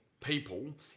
people